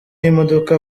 y’imodoka